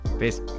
Peace